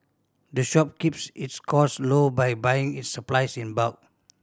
the shop keeps its cost low by buying its supplies in bulk